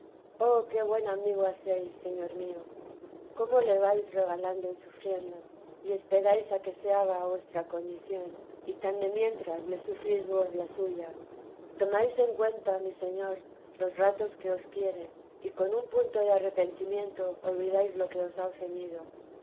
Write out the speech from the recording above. oh qué buen amigo hacé s señor mío cómo le vais regalando y sufriendo y esperáis a que se haga a vuestra condición y tan de mientras le sufrís vos la suya tomáis en cuenta mi señor los ratos que os quiere y con un punto de arrepentimiento olvidáis lo que os ha ofendido